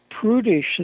Prudish